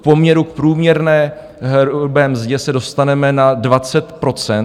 V poměru k průměrné hrubé mzdě se dostaneme na 20 %.